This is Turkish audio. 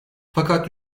fakat